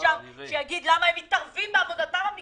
יועץ משפטי שם,